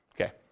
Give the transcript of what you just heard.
Okay